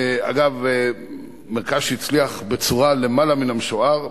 אגב, מרכז שהצליח למעלה מהמשוער.